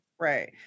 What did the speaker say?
right